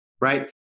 right